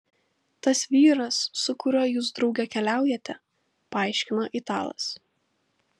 tas vyras su kuriuo jūs drauge keliaujate paaiškino italas